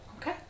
Okay